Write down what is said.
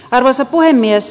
arvoisa puhemies